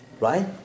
right